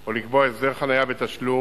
או לקבוע הסדר חנייה בתשלום,